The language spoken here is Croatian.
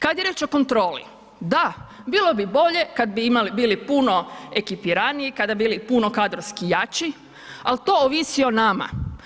Kada je riječ o kontroli, da bilo bi bolje kada bi bili puno ekipiraniji, kada bi bili puno kadrovski jači ali to ovisi o nama.